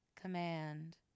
command